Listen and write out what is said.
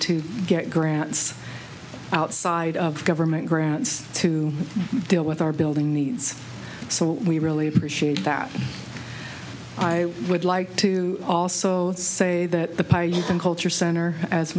to get grants outside of government grants to deal with our building needs so we really appreciate that i would like to also say that the pie and culture center as